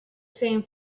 same